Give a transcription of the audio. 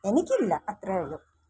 എനിയ്ക്കില്ല അത്രേയെ ഉള്ളു